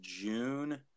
June –